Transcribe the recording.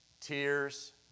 tears